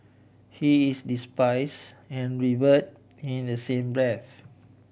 he is despise and revered in the same breath